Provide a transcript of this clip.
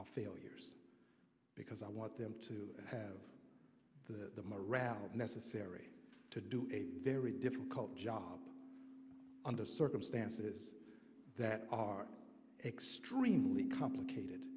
are failures because i want them to have the morale necessary to do a very difficult job under circumstances that are extremely complicated